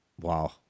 Wow